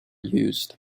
used